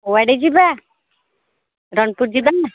କୁଆଡ଼େ ଯିବା ରଣପୁର ଯିବା